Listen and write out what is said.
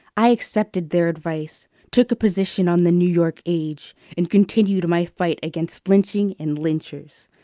i accepted their advice, took a position on the new york age, and continued my fight against lynching and lynchers.